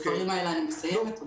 בדברים האלה אני מסיימת.